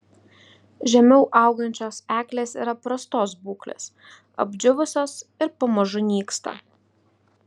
žemiau augančios eglės yra prastos būklės apdžiūvusios ir pamažu nyksta